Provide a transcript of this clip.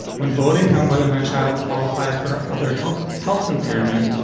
when voting on whether my child qualified for other health health impairment,